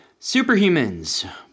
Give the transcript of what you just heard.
Superhumans